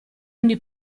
ogni